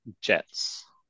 Jets